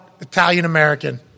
Italian-American